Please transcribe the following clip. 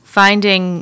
finding